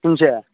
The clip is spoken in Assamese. শুনিছা